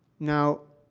now,